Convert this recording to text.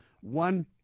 one